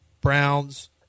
Browns